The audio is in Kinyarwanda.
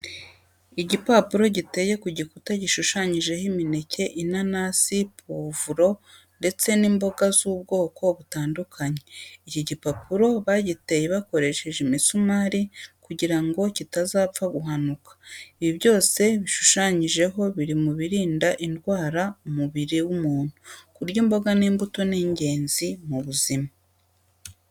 Igipapuro giteye ku gikuta gushushanyijeho imineke, inanasi, pavuro ndetse n'imboga z'ubwoko butandukanye. Iki gipapuro bagiteye bakoresheje imisumari kugira ngo kitazapfa guhanuka. Ibi byose bishushanyijeho biri mu birinda indwara umubiri w'umuntu. Kurya imboga n'imbuto ni ingenzi mu buzima.